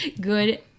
good